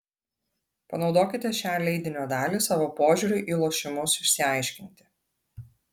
panaudokite šią leidinio dalį savo požiūriui į lošimus išsiaiškinti